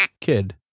kid